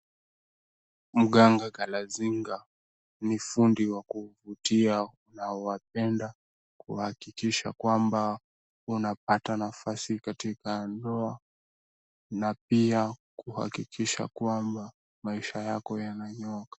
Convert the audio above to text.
Mganga Kalazinga ni fundi wa kukuvutia unaowapenda kuhakikisha kwamba unapata nafasi katika ndoa na pia kuhakikisha kwamba maisha yako yananyooka.